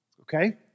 Okay